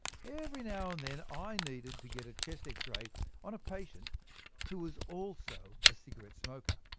every now and then i needed to get a chest x-ray on a patient who was also a cigarette smoker.